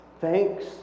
Thanks